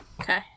Okay